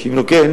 כי אם לא כן,